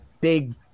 big